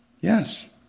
Yes